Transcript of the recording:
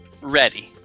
ready